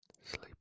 Sleep